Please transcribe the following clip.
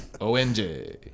O-N-J